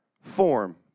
form